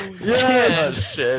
Yes